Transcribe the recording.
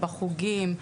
החוגים,